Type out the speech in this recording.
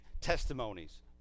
Testimonies